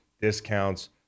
discounts